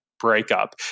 breakup